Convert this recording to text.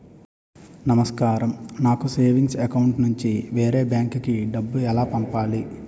నమస్కారం నాకు savings account నుంచి వేరే బ్యాంక్ కి డబ్బు ఎలా పంపాలి?